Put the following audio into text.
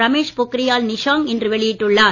ரமேஷ் பொக்ரியால் நிஷாங்க் இன்று வெளியிட்டுள்ளார்